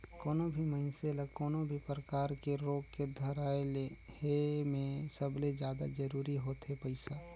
कोनो भी मइनसे ल कोनो भी परकार के रोग के धराए ले हे में सबले जादा जरूरी होथे पइसा